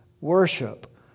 worship